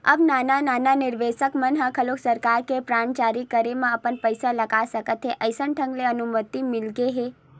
अब नान नान निवेसक मन ह घलोक सरकार के बांड जारी करे म अपन पइसा लगा सकत हे अइसन ढंग ले अनुमति मिलगे हे